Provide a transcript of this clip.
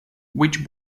which